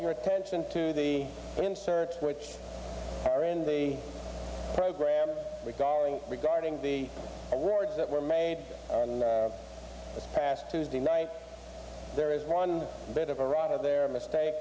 your attention to the insert which are in the program regarding regarding the words that were made this past tuesday night there is one bit of a rotter there mistake